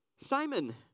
Simon